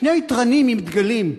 שני תרנים עם דגלים,